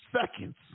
seconds